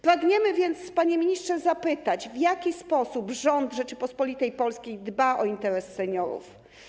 Pragniemy więc, panie ministrze zapytać: W jaki sposób rząd Rzeczypospolitej Polskiej dba o interes seniorów?